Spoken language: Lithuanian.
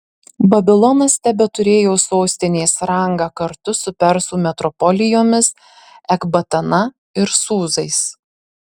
babilonas tebeturėjo sostinės rangą kartu su persų metropolijomis ekbatana ir sūzais